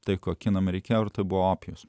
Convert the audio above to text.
tai ko kinam reikėjo ir tai buvo opijus